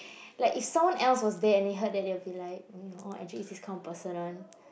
like if someone else was there and they heard that they would be like no actually he's this kind of person one